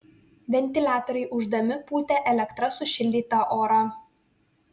ventiliatoriai ūždami pūtė elektra sušildytą orą